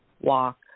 walk